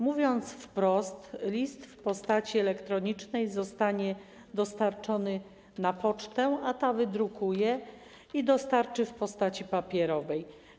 Mówiąc wprost, list w postaci elektronicznej zostanie dostarczony na pocztę, a ta wydrukuje go i dostarczy w postaci papierowej.